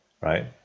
right